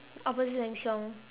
opposite Sheng-Siong